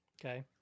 Okay